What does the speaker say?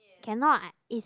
cannot I is